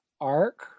arc